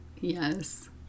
Yes